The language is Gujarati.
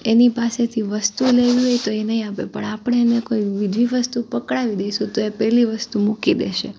એની પાસેથી વસ્તુ લેવી હોય તો એ નહીં આપે પણ આપણે એને બીજી વસ્તુ પકડાવી દઈશું તો એ પેલી વસ્તુ મૂકી દેશે